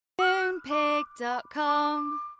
Moonpig.com